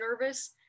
nervous